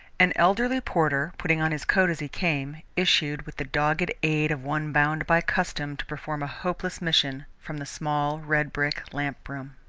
an elderly porter, putting on his coat as he came, issued, with the dogged aid of one bound by custom to perform a hopeless mission, from the small, redbrick lamp room.